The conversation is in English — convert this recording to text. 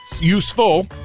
useful